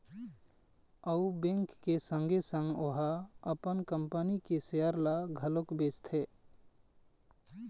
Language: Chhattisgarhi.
अउ बेंक के संगे संग ओहा अपन कंपनी के सेयर ल घलोक बेचथे